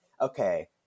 okay